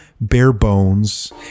bare-bones